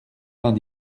vingt